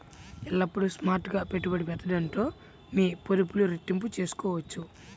ఎల్లప్పుడూ స్మార్ట్ గా పెట్టుబడి పెట్టడంతో మీ పొదుపులు రెట్టింపు చేసుకోవచ్చు